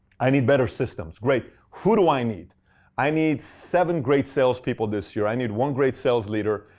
i need better systems. great. who do i need i need seven great sales people this year. i need one great sales leader,